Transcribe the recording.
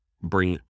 bring